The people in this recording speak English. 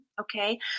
Okay